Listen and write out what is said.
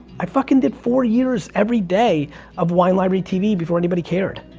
i fucking did four years everyday of wine library tv before anybody cared.